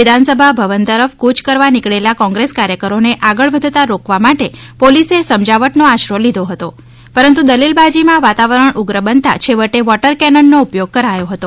વિધાનસભા ભવન તરફ કુચ કરવા નીકળેલા કોંગ્રેસ કાર્યકરો ને આગળ વધતાં રોકવા માટે પોલિસ સમજાવટ નો આશરો લીધો હતો પરંતુ દલીલબાજી માં વાતાવરણ ઉગ્ર બનતા છેવટે વોટર કેનોન નો ઉપયોગ કરાયો હતો